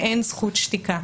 מעין זכות שתיקה.